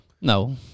No